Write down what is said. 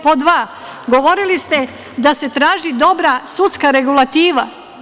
Pod dva, govorili ste da se traži dobra sudska regulativa.